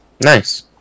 Nice